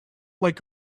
like